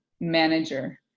manager